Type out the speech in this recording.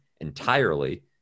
entirely